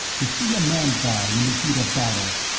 to see a man die in the heat of battle,